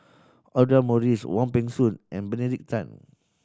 Audra Morrice Wong Peng Soon and Benedict Tan